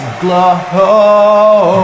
glow